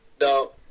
No